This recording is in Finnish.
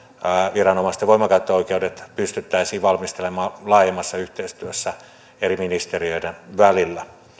viranomaisten voimankäyttöoikeudet pystyttäisiin valmistelemaan laajemmassa yhteistyössä eri ministeriöiden välillä